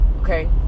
okay